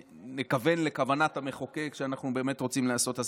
נכוון לכוונת המחוקק שאנחנו באמת רוצים לעשות הסדרה?